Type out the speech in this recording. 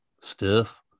stiff